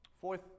Fourth